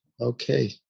okay